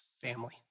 family